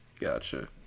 Gotcha